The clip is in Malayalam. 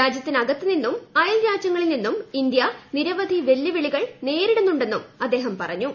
രാജ്യത്തിനകത്ത് നിന്നും അയൽ രാജ്യങ്ങളിൽ നിന്നും ഇന്തൃ നിരവധി വെല്ലുവിളികൾ നേരിടുന്നുണ്ടെന്നും അദ്ദേഹം പറഞ്ഞു